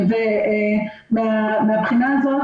מבחינה זו,